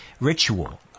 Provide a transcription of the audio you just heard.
ritual